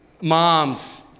Moms